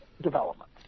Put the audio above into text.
development